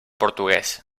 portuguès